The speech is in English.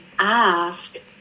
ask